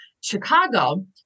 Chicago